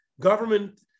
government